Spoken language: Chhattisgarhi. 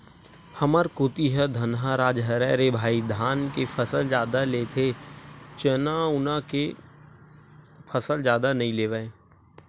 हमर कोती ह धनहा राज हरय रे भई धाने के फसल जादा लेथे चना उना के फसल जादा नइ लेवय